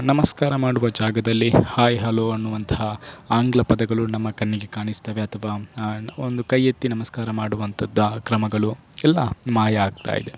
ನಮಸ್ಕಾರ ಮಾಡುವ ಜಾಗದಲ್ಲಿ ಹಾಯ್ ಹಲೋ ಅನ್ನುವಂತಹ ಆಂಗ್ಲ ಪದಗಳು ನಮ್ಮ ಕಣ್ಣಿಗೆ ಕಾಣಿಸ್ತದೆ ಅಥವಾ ಒಂದು ಕೈ ಎತ್ತಿ ನಮಸ್ಕಾರ ಮಾಡುವಂತದ್ದು ಆ ಕ್ರಮಗಳು ಎಲ್ಲ ಮಾಯ ಆಗ್ತಾಯಿದೆ